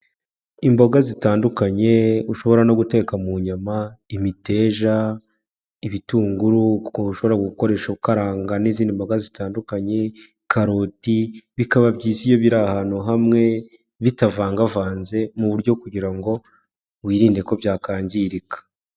Imboga zitandukanye ushobora no guteka mu nyama, imiteja, ibitunguru kuko ushobora gukoresha ukaranga n'izindi mboga zitandukanye karoti, bikaba byiza iyo biri ahantu hamwe bitavangavanze mu buryo kugira ngo wirinde ko byakangirika.